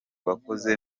wakoze